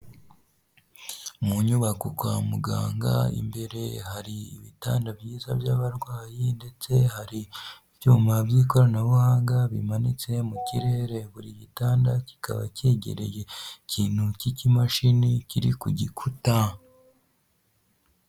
Mu nyubako kwa muganga imbere hari ibitanda byiza by'abarwayi ndetse hari ibyuma by'ikoranabuhanga bimanitse mu kirere buri gitanda kikaba cyegereye ikintu cyiki mashini kiri ku gikuta.